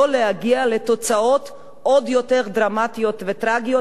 להגיע לתוצאות עוד יותר דרמטיות וטרגיות,